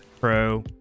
pro